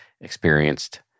experienced